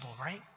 right